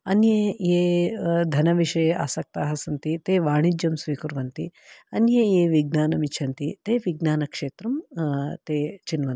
अन्ये ये धनविषये आसक्ताः सन्ति ते वाणिज्यं स्वीकुर्वन्ति अन्ये ये विज्ञानम् इच्छन्ति ते विज्ञानक्षेत्रं ते चिन्वन्ति